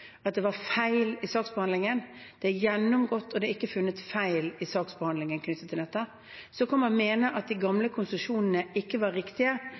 feil i saksbehandlingen. Det er gjennomgått, og det er ikke funnet feil i saksbehandlingen knyttet til dette. Så kan man mene at de gamle konsesjonene ikke var riktige,